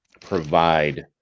provide